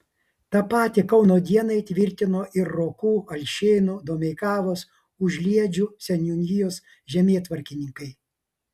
tą patį kauno dienai tvirtino ir rokų alšėnų domeikavos užliedžių seniūnijos žemėtvarkininkai